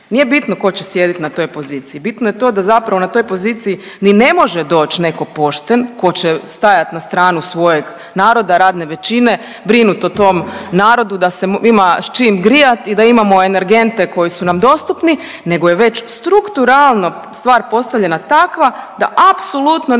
Nije bitno tko će sjediti na toj poziciji, bitno je to da zapravo na toj poziciji ni ne može doći netko pošten tko će stajati na stranu svojeg naroda, radne većine, brinuti o tom narodu da se ima s čim grijat i da imamo energente koji su nad dostupni, nego je već strukturalno stvar postavljana takva da apsolutno ne možemo